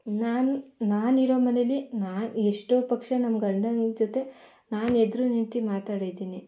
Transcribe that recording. ನಾನು ನಾನಿರೋ ಮನೆಲಿ ನಾನು ಎಷ್ಟೋ ಪಕ್ಷ ನಮ್ಮ ಗಂಡನ ಜೊತೆ ನಾನು ಎದ್ರು ನಿಂತು ಮಾತಾಡಿದ್ದೀನಿ